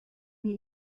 mir